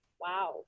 wow